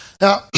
Now